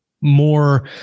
more